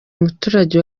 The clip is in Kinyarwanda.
umuturage